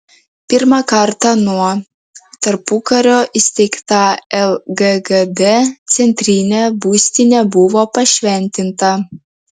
pirmą kartą nuo tarpukario įsteigta lggd centrinė būstinė buvo pašventinta